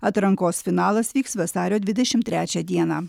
atrankos finalas vyks vasario dvidešimt trečią dieną